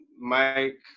Mike